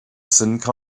come